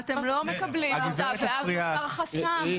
אתם לא מקבלים עמדה, ואז נותר חסם.